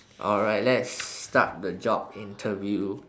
alright let's start the job interview